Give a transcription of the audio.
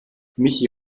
michi